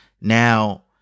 Now